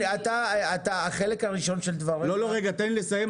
החלק הראשון של דבריך --- תן לי לסיים.